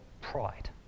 pride